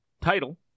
title